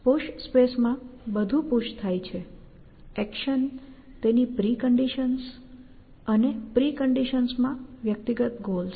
push સ્પેસમાં બધું push થાય છે એક્શન તેની પ્રિકન્ડિશન્સ અને પ્રિકન્ડિશન્સ માં વ્યક્તિગત ગોલ્સ